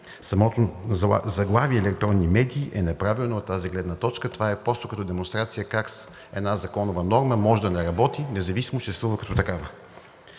Самото заглавие „електронни медии“ е неправилно от тази гледна точка. Това е просто като демонстрация как една законова норма може да не работи, независимо че съществува като такава.